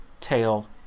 tail